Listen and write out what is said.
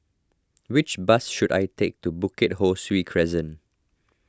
which bus should I take to Bukit Ho Swee Crescent